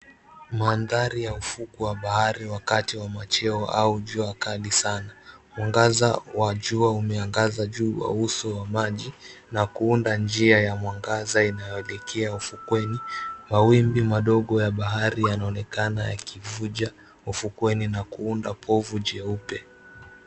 Maandhari ya ufukwe wa bahari wakati wa machweo au jua kali sana. Mwangaza wa jua umeangaza juu ya uso wa maji na kuunda njia ya mwangaza inayoelekea ufukweni. Mawingu madogo ya bahari yanaonekana yakivuja ufukweni na kuunda povu jeupe.